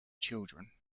children